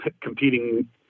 competing